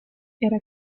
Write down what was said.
era